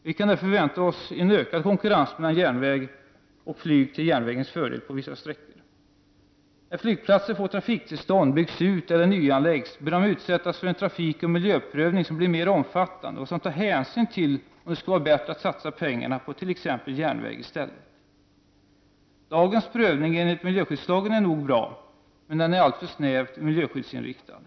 Vi kan därför på vissa sträckor förvänta oss en ökad konkurrens mellan järnväg och flyg till järnvägens fördel. När flygplatser får trafiktillstånd, byggs ut eller nyanläggs bör de utsättas för en trafikoch miljöprövning som är mer omfattande och där man tar hänsyn till att det t.ex. skulle vara bättre att i stället satsa pengarna på järnväg. Dagens prövning enligt miljöskyddslagen är nog bra, men den är alltför snävt miljöskyddsinriktad.